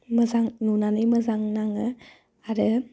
मोजां नुनानै मोजां नाङो आरो